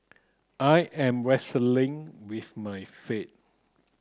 I am wrestling with my faith